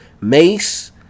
Mace